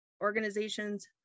organizations